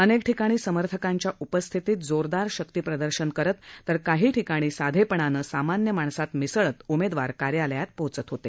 अनेक ठिकाणी समर्थकांच्या उपस्थितीत जोरदार शक्तीप्रदर्शन करीत तर काही ठिकाणी साधेपणाने सामान्य माणसात मिसळत उमेदवार कार्यालयात पोहोचत होते